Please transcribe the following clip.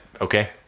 Okay